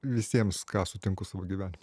visiems ką sutinku savo gyvenime